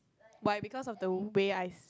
why because of the way I